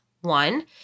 One